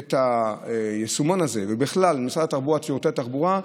את היישומון הזה, ובכלל את שירותי התחבורה,